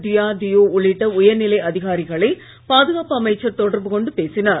DRDO உள்ளிட்ட உயர்நிலை அதிகாரிகளை பாதுகாப்பு அமைச்சர் தொடர்பு கொண்டு பேசினார்